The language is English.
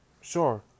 Sure